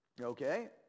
Okay